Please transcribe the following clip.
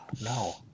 No